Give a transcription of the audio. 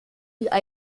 die